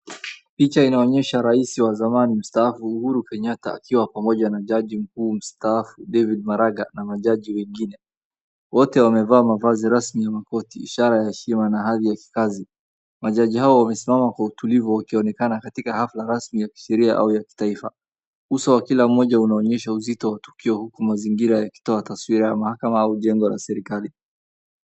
Picha inaonyesha rais wa zamani mstaafu Uhuru Kenyatta akiwa pamoja na jaji mkuu Mstaafu David Maraga na majaji wengine. Wote wamevaa mavazi rasmi ya makoti, ishara ya heshima na hali ya kikazi. Majaji hao wamesimama kwa utulivu wakionekana katika hafla rasmi ya kisheria au ya kitaifa. Uso wa kila mmoja unaonyesha uzito wa tukio huku mazingira yakitoa taswira ya mahakama au jengo la serikali.